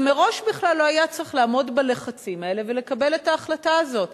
מראש לא היה צריך לעמוד בלחצים האלה ולקבל את ההחלטה הזאת,